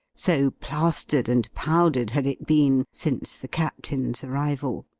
so plastered and powdered had it been since the captain's arrival.